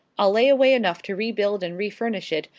i'll lay away enough to rebuild and refurnish it,